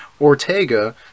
Ortega